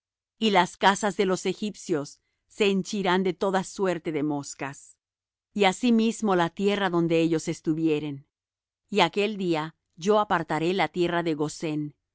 y las casas de los egipcios se henchirán de toda suerte de moscas y asimismo la tierra donde ellos estuvieren y aquel día yo apartaré la tierra de gosén